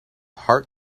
heart